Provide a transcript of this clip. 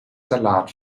salat